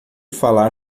falar